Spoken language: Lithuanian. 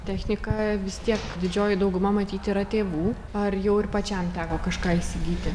technika vis tiek didžioji dauguma matyt yra tėvų ar jau ir pačiam teko kažką įsigyti